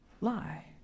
lie